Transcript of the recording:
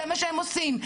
זה מה שהם עושים.